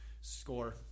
score